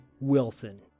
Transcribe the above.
wilson